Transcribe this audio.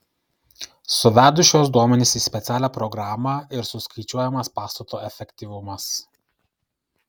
suvedus šiuos duomenis į specialią programą ir suskaičiuojamas pastato efektyvumas